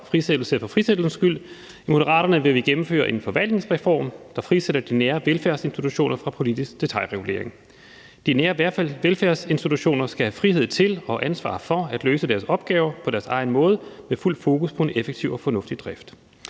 frisættelse for frisættelsens skyld. I Moderaterne vil vi gennemføre en forvaltningsreform, der frisætter de nære velfærdsinstitutioner fra politisk detailregulering. De nære velfærdsinstitutioner skal have frihed til og ansvar for at løse deres opgaver på deres egen måde med fuldt fokus på en effektiv og fornuftig drift.